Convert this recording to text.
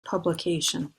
publication